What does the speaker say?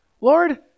Lord